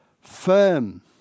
firm